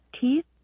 teeth